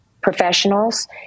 professionals